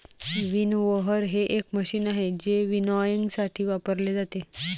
winnower हे एक machine आहे जे विनॉयइंगसाठी वापरले जाते